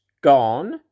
gone